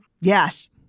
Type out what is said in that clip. Yes